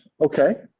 Okay